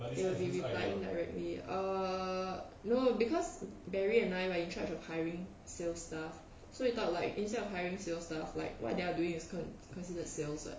they will be replying directly err no because barry and I like we tried hiring sales staff so we thought like instead of hiring sales staff like what they're doing are con~ considered sales [what]